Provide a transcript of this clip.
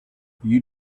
you